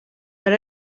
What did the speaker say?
per